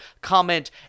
comment